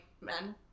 men